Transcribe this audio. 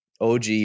OG